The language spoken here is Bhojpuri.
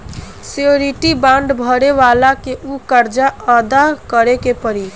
श्योरिटी बांड भरे वाला के ऊ कर्ज अदा करे पड़ी